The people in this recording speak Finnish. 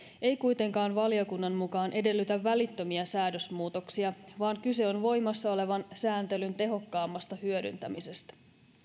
ei kuitenkaan valiokunnan mukaan edellytä välittömiä säädösmuutoksia vaan kyse on voimassaolevan sääntelyn tehokkaammasta hyödyntämisestä